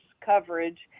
coverage